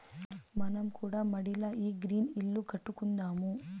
మనం కూడా మడిల ఈ గ్రీన్ ఇల్లు కట్టుకుందాము